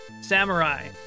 samurai